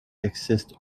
exist